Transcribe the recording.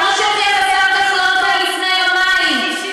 כמו שהוכיח השר כחלון לפני יומיים,